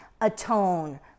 atone